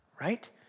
right